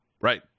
right